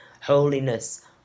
holiness